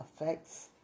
effects